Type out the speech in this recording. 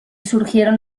surgieron